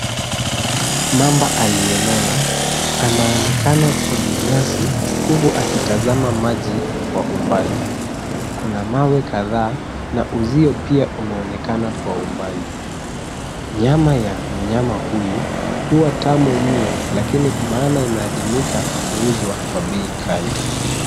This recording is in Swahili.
Mamba aliyenona anaonekana kwenye nyasi huku akitazama maji kwa mbali , Kuna mawe kadhaa uzio pia unaonekana kwa umbali . Nyama ya mnyama huyu huwa tamu mno lakini maana imeadimika huuzwa kwa bei ghali.